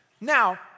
Now